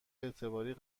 اعتباری